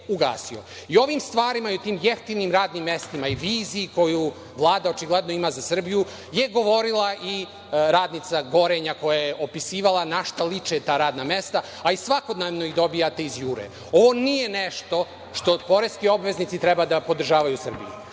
O ovim stvarima i tim jeftinim radnim mestima i vizi koja Vlada očigledno ima za Srbiju je govorila i radnica „Gorenja“ koja je opisivala na šta liče ta radna mesta, a i svakodnevno ih dobijate iz „Jure“.Ovo nije nešto što poreski obveznici trebaju da podržavaju u Srbiji.